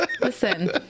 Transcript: Listen